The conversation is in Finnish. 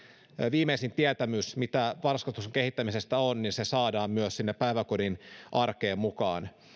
viimeisin tietämys mitä varhaiskasvatuksen kehittämisestä on saadaan myös sinne päiväkodin arkeen mukaan